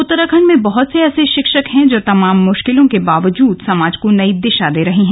उत्तराखण्ड में बहुत से ऐसे शिक्षक हैं जो तमाम मुश्किलों के बाबजूद समाज को नई दिशा दे रहे हैं